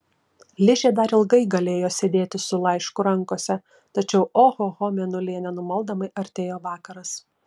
ližė dar ilgai galėjo sėdėti su laišku rankose tačiau ohoho mėnulyje nenumaldomai artėjo vakaras